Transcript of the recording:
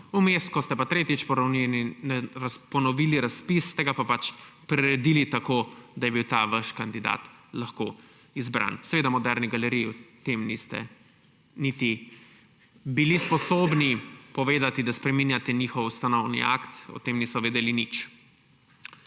Vmes, ko ste tretjič ponovili razpis, ste ga pa priredili tako, da je bil ta vaš kandidat lahko izbran. Seveda Moderni galeriji niste niti bili sposobni povedati, da spreminjate njihov ustanovni akt, o tem niso vedeli nič.